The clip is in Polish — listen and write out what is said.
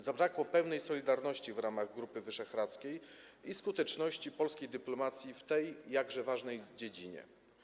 Zabrakło pełnej solidarności w ramach Grupy Wyszehradzkiej i skuteczności polskiej dyplomacji w tej, jakże ważnej, dziedzinie.